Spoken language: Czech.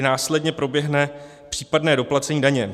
I následně proběhne případné doplacení daně.